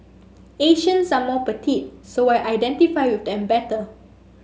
Asians are more petite so I identify with them better